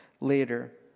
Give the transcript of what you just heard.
later